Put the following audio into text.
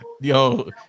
yo